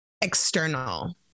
external